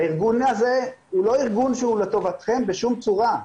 הארגון הזה הוא לא ארגון שהוא לטובתכם בשום צורה.